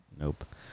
Nope